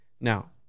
Now